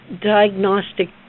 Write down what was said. diagnostic